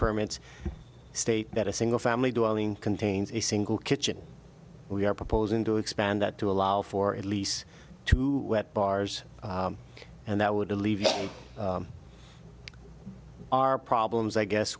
permits state that a single family dwelling contains a single kitchen we are proposing to expand that to allow for at least two bars and that would alleviate our problems i guess